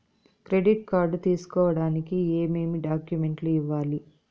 credit card తీసుకోడానికి ఏమేమి డాక్యుమెంట్లు ఇవ్వాలి